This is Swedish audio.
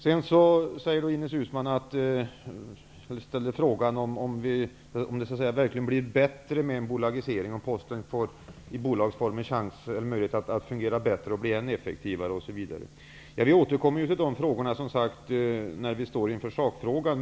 Ines Uusmann ställde frågan om det verkligen blir bättre med en bolagisering, om Posten i bolagsform kommer att fungera bättre och bli än effektivare. Vi återkommer som sagt till det när vi står inför sakfrågan.